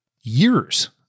years